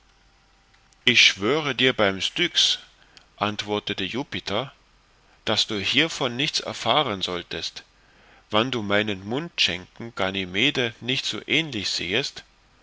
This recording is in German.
ich schwöre dir beim styx antwortete jupiter daß du hiervon nichts erfahren solltest wann du meinem mundschenken ganymede nicht so ähnlich sähest